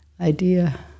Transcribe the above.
idea